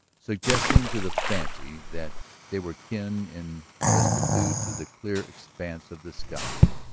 suggesting to the fancy that they were kin in vastitude to the clear expanse of the sky.